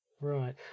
Right